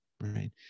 right